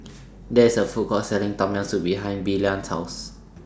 There IS A Food Court Selling Tom Yam Soup behind Blaine's House